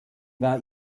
war